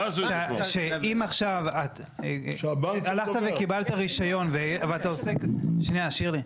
עם עכשיו הלכת וקיבלת רישיון, שנייה שירלי.